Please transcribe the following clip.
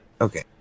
Okay